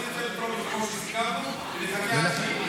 נעביר את זה בטרומית כמו שסיכמנו ונחכה עד תיקון תקנות.